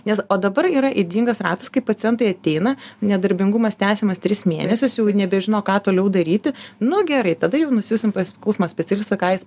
nes o dabar yra ydingas ratas kai pacientai ateina nedarbingumas tęsiamas tris mėnesius jau nebežino ką toliau daryti nu gerai tada jau nusiųsim pas skausmo specialistą ką jis